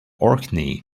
orkney